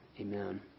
Amen